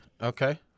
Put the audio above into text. Okay